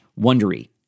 Wondery